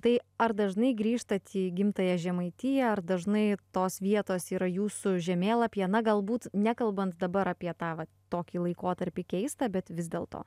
tai ar dažnai grįžtat į gimtąją žemaitiją ar dažnai tos vietos yra jūsų žemėlapyje na galbūt nekalbant dabar apie tą vat tokį laikotarpį keistą bet vis dėlto